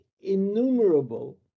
innumerable